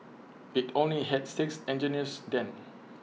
IT only had six engineers then